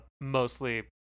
mostly